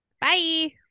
Bye